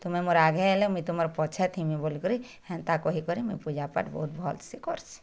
ତୁମେ ମେର ଆଗେ ହେଲେ ମୁଇଁ ତୁମର ପଛେ ଥିବି ବୋଲି କରି ହେନ୍ତା କହି କରି ମୁଇଁ ପୂଜାପାଠ ବହୁତ ଭଲ୍ସେ କରସି